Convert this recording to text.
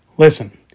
Listen